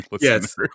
Yes